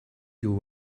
your